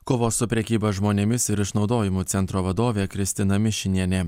kova su prekyba žmonėmis ir išnaudojimu centro vadovė kristina mišinienė